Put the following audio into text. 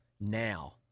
now